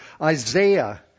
Isaiah